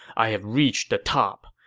i have reached the top.